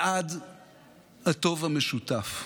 בעד הטוב המשותף.